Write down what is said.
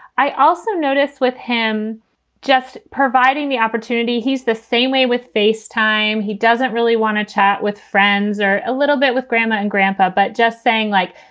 i also noticed with him just providing the opportunity. he's the same way with face time. he doesn't really want to chat with friends or a little bit with grandma and grandpa. but just saying like,